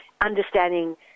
understanding